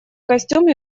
костюм